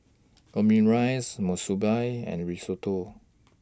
Omurice Monsunabe and Risotto